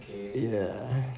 ya